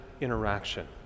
interaction